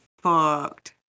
fucked